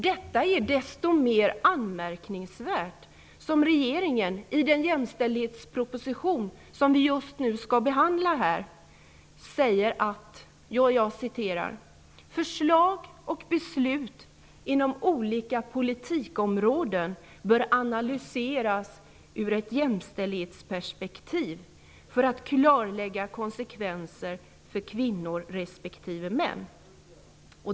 Detta är desto mer anmärkningsvärt som regeringen i den jämställdhetsproposition som vi just nu behandlar framhåller följande: ''Förslag och beslut inom olika politikområden bör analyseras ur ett jämställdhetsperspektiv för att klarlägga konsekvenser för kvinnor respektive män.